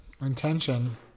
Intention